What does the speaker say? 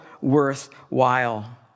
worthwhile